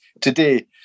Today